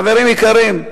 חברים יקרים,